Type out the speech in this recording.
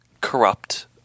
corrupt